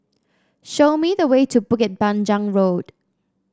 show me the way to Bukit Panjang Road